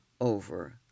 over